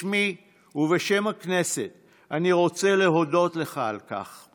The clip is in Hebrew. בשמי ובשם הכנסת אני רוצה להודות לך על כך.